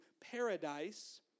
paradise